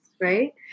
Right